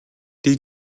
дэг